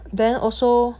then also